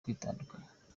kwitandukanya